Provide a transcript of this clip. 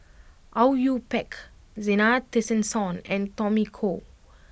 Au Yue Pak Zena Tessensohn and Tommy Koh